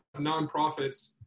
nonprofits